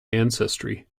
ancestry